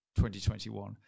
2021